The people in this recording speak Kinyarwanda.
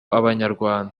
abanyarwanda